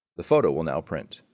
the photo will now print.